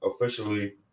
officially